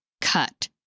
cut